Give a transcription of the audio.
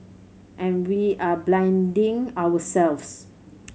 and we are blinding ourselves